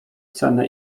cenę